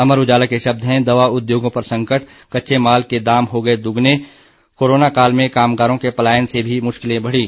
अमर उजाला के शब्द हैं दवा उद्योगों पर संकट कच्चे माल के दाम हो गए दुगने कोरोना काल में कामगारों के पालयन से भी मुश्किलें बढ़ी